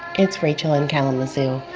it's rachel in kalamazoo.